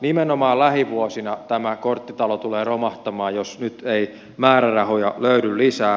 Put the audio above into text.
nimenomaan lähivuosina tämä korttitalo tulee romahtamaan jos nyt ei määrärahoja löydy lisää